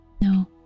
No